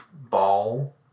ball